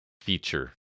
feature